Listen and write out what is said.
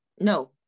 no